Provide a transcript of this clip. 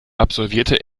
absolvierte